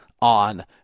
on